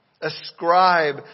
Ascribe